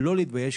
לא להתבייש,